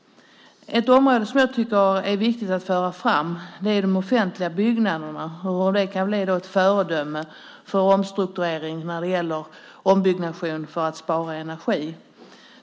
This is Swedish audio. Ett område som jag tycker är viktigt att föra fram gäller de offentliga byggnaderna som kan bli ett föredöme för omstrukturering när det gäller ombyggnation för att spara energi.